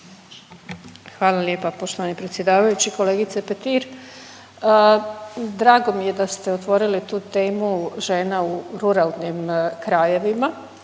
Hvala lijepa poštovani predsjedavajući. Kolegice Petir, drago mi je da ste otvorili tu temu žena u ruralnim krajevima.